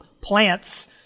plants